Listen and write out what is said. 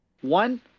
One